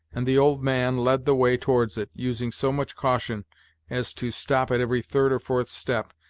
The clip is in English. and the old man led the way towards it, using so much caution as to stop at every third or fourth step,